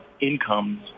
incomes